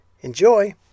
Enjoy